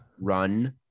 run